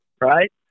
right